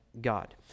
God